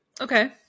Okay